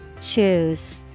Choose